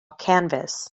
canvas